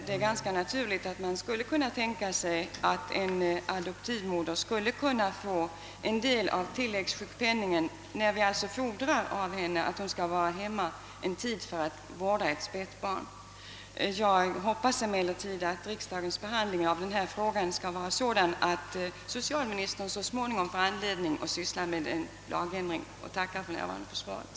Det vore naturligt att tänka sig att en adoptivmoder skulle kunna få en del av tilläggssjukpenningen, då vi fordrar av henne att hon skall vara hemma en tid för att vårda det späda barnet. Jag hoppas emellertid att riksdagens behandling av denna fråga skall vara sådan att socialministern så småningom får anledning att syssla med en lagändring. Med denna förhoppning tackar jag för svaret.